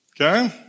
Okay